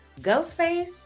Ghostface